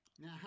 Now